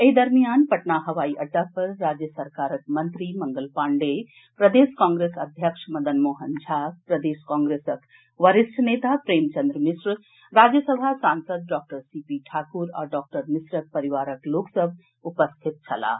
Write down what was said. एहि दरमियान पटना हवाई अड्डा पर राज्य सरकारक मंत्री मंगल पांडेय प्रदेश कांग्रेस अध्यक्ष मदन मोहन झा प्रदेश कांग्रेसक वरिष्ठ नेता प्रेमचन्द्र मिश्र राज्यसभा सांसद डॉक्टर सी पी ठाकुर आ डॉक्टर मिश्रक परिवारक लोक सभ उपस्थित छलाह